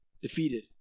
defeated